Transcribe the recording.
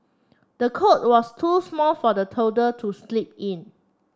the cot was too small for the toddler to sleep in